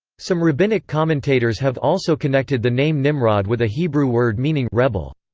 some rabbinic commentators have also connected the name nimrod with a hebrew word meaning rebel.